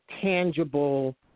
tangible